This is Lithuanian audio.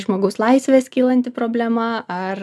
žmogaus laisvės kylanti problema ar